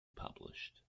published